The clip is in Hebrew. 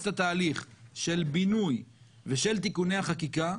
את התהליך של בינוי ושל תיקוני החקיקה,